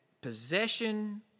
possession